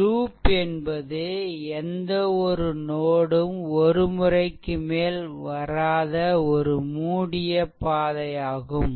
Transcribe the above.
loop என்பது எந்த ஒரு நோட் ம் ஒரு முறைக்கு மேல் வராத ஒரு மூடிய பாதையாகும்